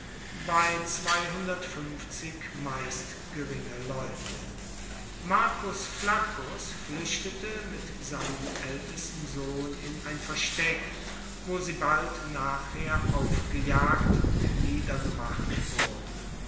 bei meist geringe leute marcus flaccus flüchtete mit seinem ältesten sohn in ein versteck wo sie bald nachher aufgejagt und niedergemacht wurden